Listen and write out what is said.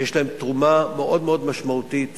שיש להם תרומה מאוד משמעותית